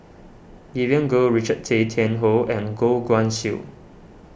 Vivien Goh Richard Tay Tian Hoe and Goh Guan Siew